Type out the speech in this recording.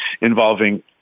involving